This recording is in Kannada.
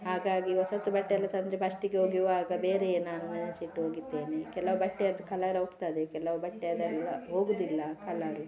ಹಾಗಾಗಿ ಹೊಸತು ಬಟ್ಟೆ ಎಲ್ಲ ತಂದರೆ ಫಸ್ಟಿಗೆ ಒಗೆಯುವಾಗ ಬೇರೆಯೇ ನಾನು ನೆನೆಸಿಟ್ಟು ಒಗಿತೇನೆ ಕೆಲವು ಬಟ್ಟೆಯದ್ದು ಕಲ್ಲರ್ ಹೋಗ್ತದೆ ಕೆಲವು ಬಟ್ಟೆಯದ್ದೆಲ್ಲ ಹೋಗುದಿಲ್ಲ ಕಲ್ಲರು